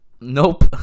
Nope